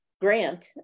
grant